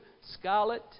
scarlet